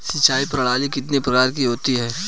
सिंचाई प्रणाली कितने प्रकार की होती हैं?